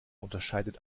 unterscheidet